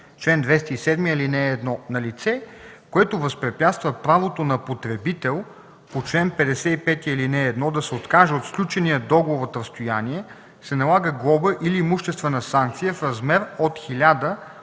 „Чл. 207. (1) На лице, което възпрепятства правото на потребител по чл. 55, ал. 1 да се откаже от сключения договор от разстояние, се налага глоба или имуществена санкция в размер от 1000 до